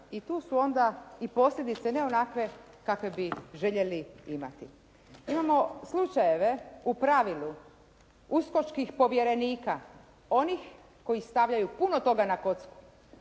i tu su onda i posljedice ne onakve kakve bi željeli imati. Imamo slučajeve u pravilu uskočkih povjerenika onih koji stavljaju puno toga na kocku,